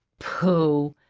pooh!